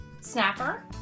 snapper